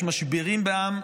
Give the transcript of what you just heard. יש משברים בעם,